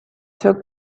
took